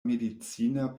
medicina